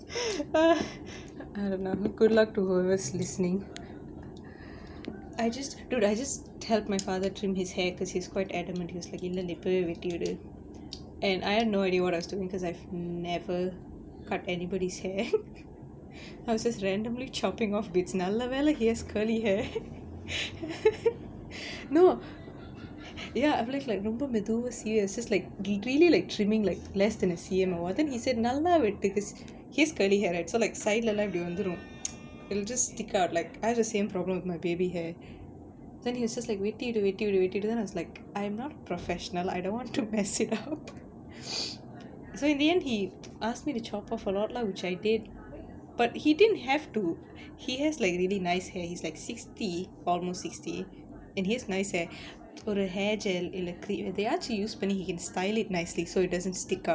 அட நமக்குள்ள:ada namakulla two hour listening I just dude I just helped my father trim his hair cause he's quite adamant he was like in the இப்பவே வெட்டிவிடு:ippavae vettividu and I have no idea what I was doing cause I've never cut anybody's hair I was just randomly chopping off bits நல்லவேல:nallavela he has curly hair no ya I've ரொம்ப மெதுவா:romba medhuva it's just really like trimming like less than a cut or what then he said நாந்தா வெட்டு:naanthaa vettu cause he has curly hair right so likes side எல்லாம் இப்டி வந்துரும்:ellam ipdi vanthurum it'll just stick out like I have the same problem with my baby hair then he says like வெட்டிவிடு:vettividu then I was like I'm not professional I don't want to mess it up so in the end he asked me to chop off a lot lah which I did but he didn't have to he has like really nice hair he's like sixty almost sixty and he has nice hair to style it nicely so it doesn't stick out